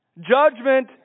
judgment